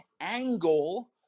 angle